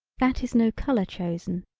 that is no color chosen.